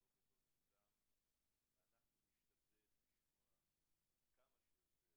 בוקר טוב לכולם, אנחנו נשתדל לשמוע כמה שיותר